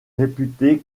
réputé